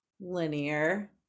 linear